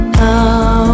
now